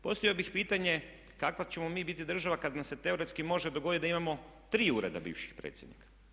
Postavio bih pitanje kakva ćemo mi biti država kad nam se teoretski može dogoditi da imamo tri ureda bivših predsjednika.